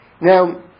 Now